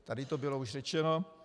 Tady to bylo už řečeno.